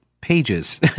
pages